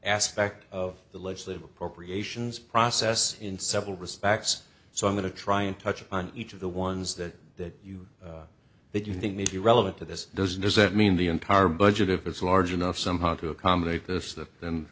aspect of the legislative appropriations process in several respects so i'm going to try and touch on each of the ones that you that you think may be relevant to this does does that mean the entire budget if it's large enough somehow to accommodate this the